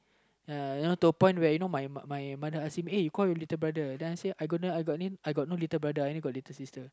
ya to the point where you know my mother ask him call your little brother then I say I got no little brother I only got little sister